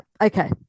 Okay